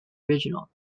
original